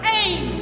aim